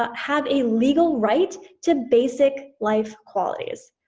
ah have a legal right to basic life qualities.